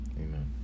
Amen